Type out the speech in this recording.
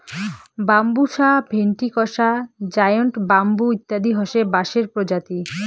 Bambusa ventricosa, giant bamboo ইত্যাদি হসে বাঁশের প্রজাতি